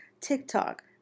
TikTok